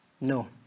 No